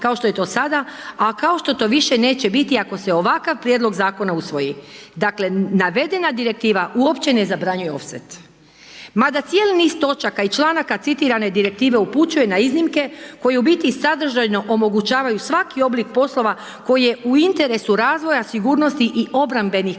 kao što je to sada, a kao što to više neće biti ako se ovakav prijedlog zakona usvoji. Dakle, navedena direktiva uopće ne zabranjuje ofset. Mada cijeli niz točaka i članaka citirane direktive upućuje na iznimke koje u biti sadržajno omogućavaju svaki oblik poslova koji je u interesu razvoja sigurnosti i obrambenih kapaciteta